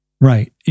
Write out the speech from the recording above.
right